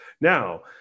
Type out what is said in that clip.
Now